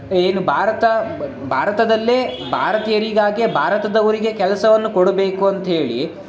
ಏನು ಭಾರತ ಬ ಭಾರತದಲ್ಲೇ ಭಾರತೀಯರಿಗಾಗೇ ಭಾರತದವರಿಗೆ ಕೆಲಸವನ್ನು ಕೊಡಬೇಕು ಅಂತೇಳಿ